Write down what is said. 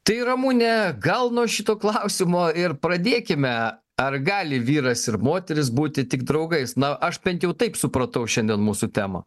tai ramune gal nuo šito klausimo ir pradėkime ar gali vyras ir moteris būti tik draugais na aš bent jau taip supratau šiandien mūsų temą